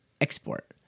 export